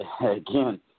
again